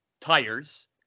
tires